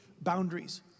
boundaries